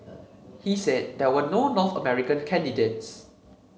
he said there were no North American candidates